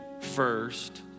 first